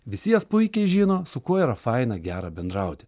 visi jas puikiai žino su kuo yra faina gera bendrauti